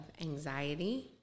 anxiety